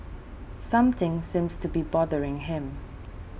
something seems to be bothering him